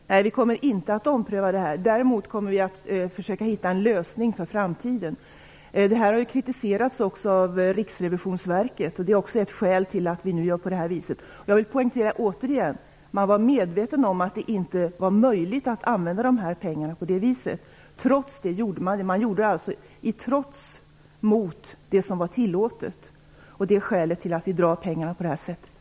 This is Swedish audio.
Herr talman! Nej, vi kommer inte att ompröva detta. Däremot kommer vi att försöka hitta en lösning för framtiden. Förfarandet har kritiserats också av Riksrevisionsverket, och det är ett av skälen till att vi nu gör på detta vis. Jag vill återigen poängtera att man var medveten om att det inte var möjligt att använda pengarna på detta sätt. Ändå gjorde man det. Man gjorde det alltså i trots mot vad som var tillåtet, och det är skälet till att vi drar in pengarna på detta sätt.